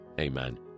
Amen